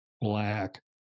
black